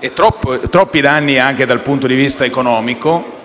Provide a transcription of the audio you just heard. e troppi danni anche dal punto di vista economico,